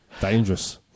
Dangerous